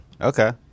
okay